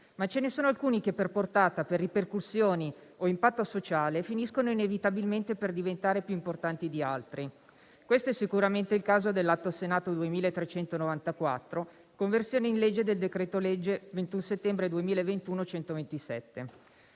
Ma ce ne sono alcuni che, per portata, per ripercussioni o per impatto sociale, finiscono inevitabilmente per diventare più importanti di altri. Questo è sicuramente il caso dell'Atto Senato 2394 «Conversione in legge del decreto-legge 21 settembre 2021, n.